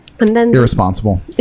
Irresponsible